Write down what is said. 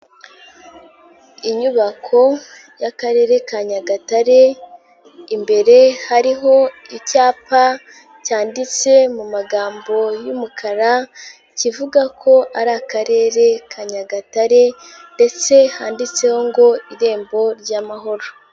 Inyubako y'akarere ka nyagatare, imbere hariho icyapa cyanditse mu magambo y'umukara, kivuga ko ari Akarere ka Nyagatare ndetse handitseho ngo irembo ry'amahoro.